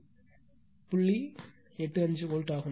85 volt ஆகும்